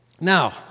Now